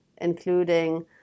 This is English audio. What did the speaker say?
including